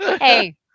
Hey